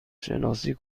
شناسی